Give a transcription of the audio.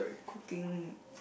cooking